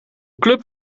club